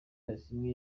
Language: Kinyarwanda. asiimwe